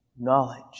knowledge